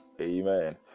Amen